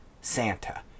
Santa